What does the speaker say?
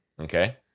okay